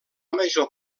major